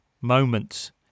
moments